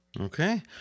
Okay